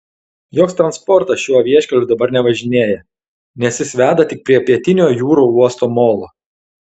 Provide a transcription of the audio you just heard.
joks transportas šiuo vieškeliu dabar nevažinėja nes jis veda tik prie pietinio jūrų uosto molo